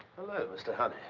hello, mr. honey.